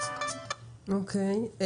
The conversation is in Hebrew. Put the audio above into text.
אוקיי.